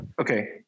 Okay